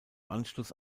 anschluss